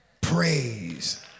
praise